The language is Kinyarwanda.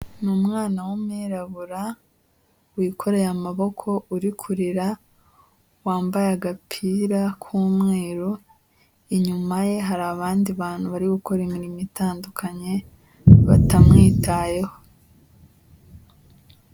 Ni umwana w'umwirabura, wikoreye amaboko uri kurira, wambaye agapira k'umweru, inyuma ye hari abandi bantu bari gukora imirimo itandukanye batamwitayeho.